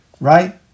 right